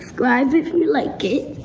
subscribe if you like it.